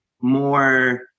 more